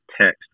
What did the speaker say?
text